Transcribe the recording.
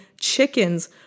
chickens